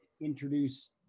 introduce